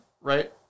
Right